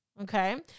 Okay